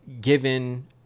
given